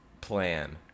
plan